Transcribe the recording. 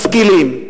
משכילים,